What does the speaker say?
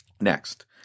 Next